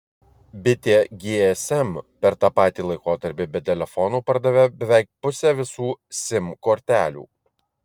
bitė gsm per tą patį laikotarpį be telefonų pardavė beveik pusę visų sim kortelių